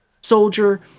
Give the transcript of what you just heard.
soldier